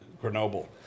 Grenoble